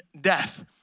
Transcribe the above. death